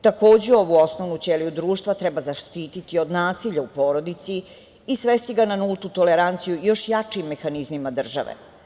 Takođe, ovu osnovnu ćeliju društva treba zaštiti od nasilja u porodici i svesti ga na nultu toleranciju i još jači mehanizmima države.